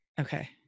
Okay